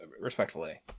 respectfully